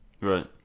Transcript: Right